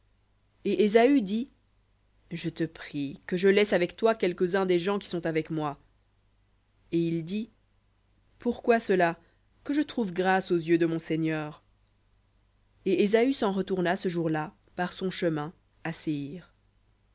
et ésaü dit je te prie que je laisse avec toi quelques-uns des gens qui sont avec moi et il dit pourquoi cela que je trouve grâce aux yeux de mon seigneur et ésaü s'en retourna ce jour-là par son chemin